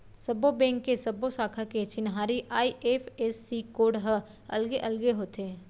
सब्बो बेंक के सब्बो साखा के चिन्हारी आई.एफ.एस.सी कोड ह अलगे अलगे होथे